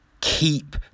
keep